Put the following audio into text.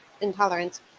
intolerance